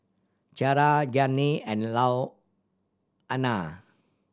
Ciara Gianni and Louanna